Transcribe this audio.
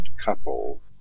couple